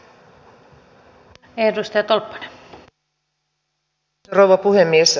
arvoisa rouva puhemies